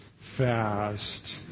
fast